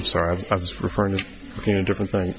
i'm sorry i was referring to you know different things